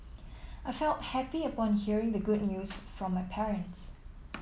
I felt happy upon hearing the good news from my parents